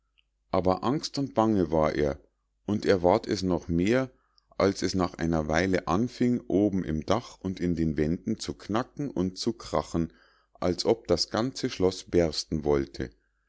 aber angst und bange war er und er ward es noch mehr als es nach einer weile anfing oben im dach und in den wänden zu knacken und zu krachen als ob das ganze schloß bersten wollte